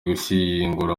gushyingura